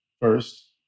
first